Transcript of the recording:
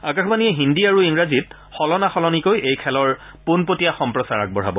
আকাশবাণীয়ে হিন্দী আৰু ইংৰাজীত সলনা সলনিকৈ এই খেলৰ পোনপটীয়া সম্প্ৰচাৰ আগবঢ়াব